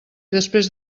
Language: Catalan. després